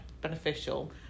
beneficial